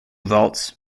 vaults